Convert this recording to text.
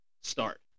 Start